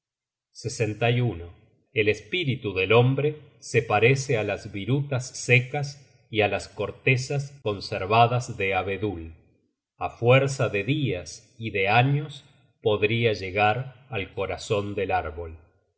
pende su fortuna el espíritu del hombre se parece á las virutas secas y á las cortezas conservadas de abedul á fuerza de dias y de años podria llegar al corazon del árbol